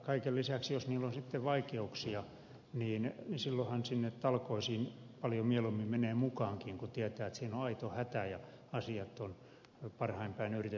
kaiken lisäksi jos niillä on sitten vaikeuksia silloinhan sinne talkoisiin paljon mieluummin menee mukaankin kun tietää että siinä on aito hätä ja asiat on parhain päin yritetty hoitaa